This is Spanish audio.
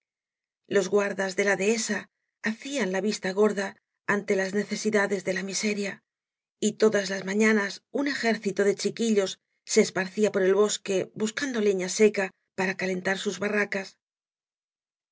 los guardas de la dahesa hacíaa la vista gorda ante las necesidades de ia miseria y todas las mañanas un ejército de chiquillos se esparcía por el bosque buscando leña saca para calentar sus barracas los